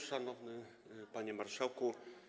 Szanowny Panie Marszałku!